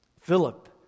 Philip